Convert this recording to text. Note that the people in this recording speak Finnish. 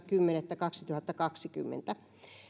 kymmenettä kaksituhattakaksikymmentä